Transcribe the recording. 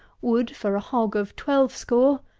would, for a hog of twelve score,